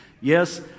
Yes